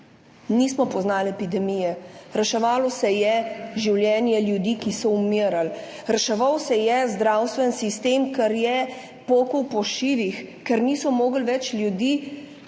Nismo poznali epidemije, reševalo se je življenje ljudi, ki so umirali, reševal se je zdravstveni sistem, ker je pokal po šivih, ker niso mogli več